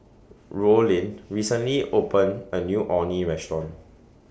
Rollin recently opened A New Orh Nee Restaurant